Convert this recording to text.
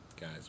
guys